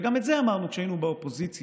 וגם את זה אמרנו כשהיינו באופוזיציה,